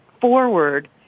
forward